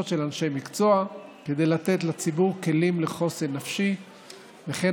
של אנשי מקצוע כדי לתת לציבור כלים לחוסן נפשי וכן